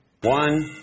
One